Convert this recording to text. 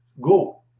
Go